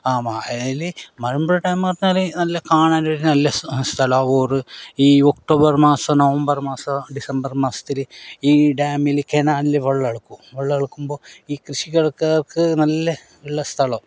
ആ മഹേല് മലമ്പുഴ ഡാമെന്നു പറഞ്ഞാൽ നല്ല കാണാൻ ഒരു നല്ല സ്ഥലാ ഓറ് ഈ ഒക്ടോബർ മാസം നവംബർ മാസം ഡിസംബർ മാസത്തിൽ ഈ ഡാമിലെ കെനാലിൽ വെള്ളം അളക്കും വെള്ളം അളക്കുമ്പോൾ ഈ കൃഷികൾക്ക് നല്ല ഉള്ള സ്ഥലമോ